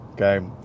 Okay